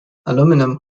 aluminum